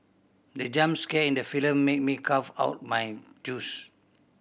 the jump scare in the film made me cough out my juice